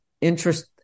interest